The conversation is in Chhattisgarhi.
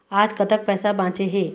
आज कतक पैसा बांचे हे?